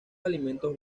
alimentos